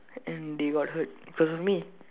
and they got hurt because of me